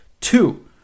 two